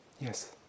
Yes